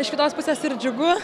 iš kitos pusės ir džiugu